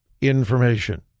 information